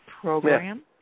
program